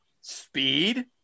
speed